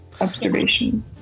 observation